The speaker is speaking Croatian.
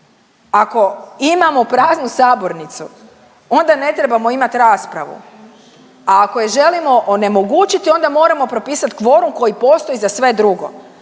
Ako imamo praznu sabornicu, onda ne trebamo imati raspravu, a ako je želimo onemogućiti, onda moramo propisat kvorum koji postoji za sve drugo.